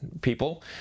people